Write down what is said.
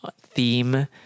theme